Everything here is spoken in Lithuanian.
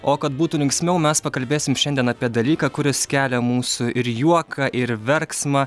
o kad būtų linksmiau mes pakalbėsim šiandien apie dalyką kuris kelia mūsų ir juoką ir verksmą